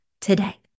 today